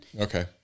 Okay